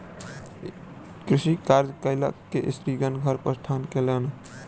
कृषि कार्य कय के स्त्रीगण घर प्रस्थान कयलैन